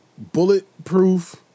Bulletproof